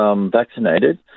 Vaccinated